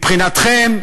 מבחינתכם,